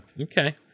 Okay